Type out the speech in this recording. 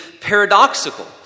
paradoxical